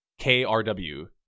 krw